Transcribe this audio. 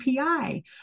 API